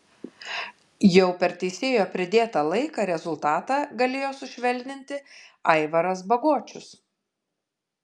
jau per teisėjo pridėtą laiką rezultatą galėjo sušvelninti aivaras bagočius